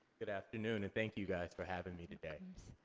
good afternoon, and thank you guys for having me today.